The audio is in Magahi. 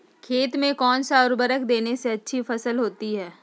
खेत में कौन सा उर्वरक देने से अच्छी फसल होती है?